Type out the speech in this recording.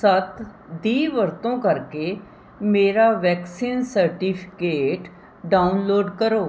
ਸੱਤ ਦੀ ਵਰਤੋਂ ਕਰਕੇ ਮੇਰਾ ਵੈਕਸੀਨ ਸਰਟੀਫਿਕੇਟ ਡਾਊਨਲੋਡ ਕਰੋ